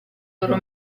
loro